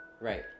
Right